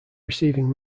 receiving